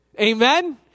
Amen